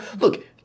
look